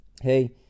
hey